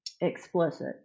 explicit